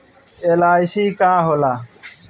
LIC का होला?